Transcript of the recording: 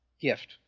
gift